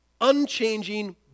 unchanging